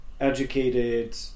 educated